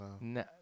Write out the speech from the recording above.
No